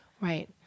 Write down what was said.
Right